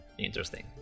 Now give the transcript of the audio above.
interesting